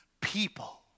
people